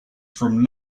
from